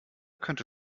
könnte